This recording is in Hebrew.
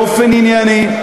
באופן ענייני,